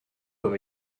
from